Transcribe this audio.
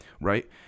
Right